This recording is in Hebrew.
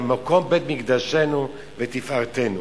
מקום בית-מקדשנו ותפארתנו.